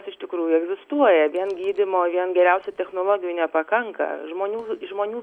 iš tikrųjų egzistuoja vien gydymo vien geriausių technologijų nepakanka žmonių žmonių